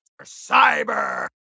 Cyber